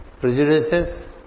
prejudices